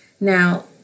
Now